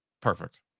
Perfect